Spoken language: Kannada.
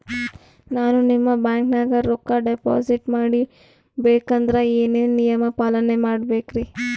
ನಾನು ನಿಮ್ಮ ಬ್ಯಾಂಕನಾಗ ರೊಕ್ಕಾ ಡಿಪಾಜಿಟ್ ಮಾಡ ಬೇಕಂದ್ರ ಏನೇನು ನಿಯಮ ಪಾಲನೇ ಮಾಡ್ಬೇಕ್ರಿ?